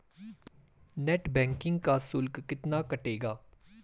Net banking का शुल्क कितना कटेगा?